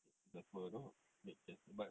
jap pergi supper dok just but